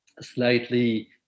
slightly